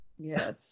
Yes